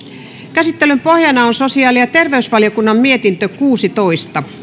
käsittelyn pohjana on sosiaali ja terveysvaliokunnan mietintö kuusitoista